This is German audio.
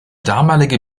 damalige